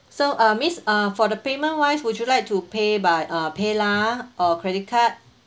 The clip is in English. so uh miss uh for the payment wise would you like to pay by uh PayLah or credit card